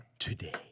Today